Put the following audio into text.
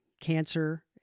cancer